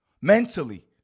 Mentally